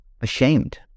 ashamed